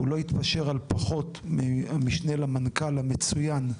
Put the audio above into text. הוא לא התפשר על פחות ממשנה למנכ"ל המצוין,